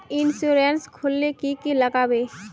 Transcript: Insurance खोले की की लगाबे?